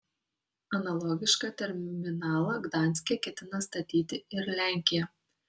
analogišką terminalą gdanske ketina statyti ir lenkija